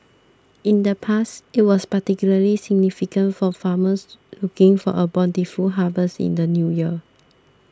in the past it was particularly significant for farmers looking for a bountiful harvest in the New Year